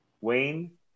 Wayne